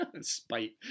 Spite